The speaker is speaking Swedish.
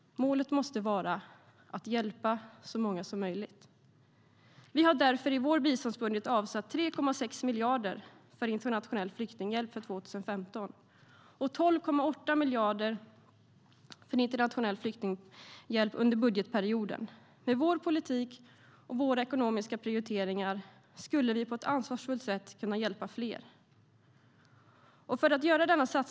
Målet måste vara att hjälpa så många som möjligt. I vår biståndsbudget har vi därför avsatt 3,6 miljarder för internationell flyktinghjälp för 2015 och 12,8 miljarder för internationell flyktinghjälp under budgetperioden. Med vår politik och våra ekonomiska prioriteringar skulle vi kunna hjälpa fler på ett ansvarsfullt sätt.